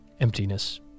Emptiness